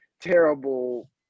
terrible